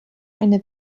eine